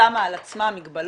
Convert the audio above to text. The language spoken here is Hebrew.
שמה על עצמה מגבלות,